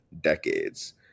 decades